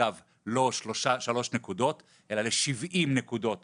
אגב לא לשלוש נקודות, אלא ל-70 נקודות